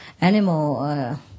animal